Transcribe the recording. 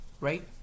Right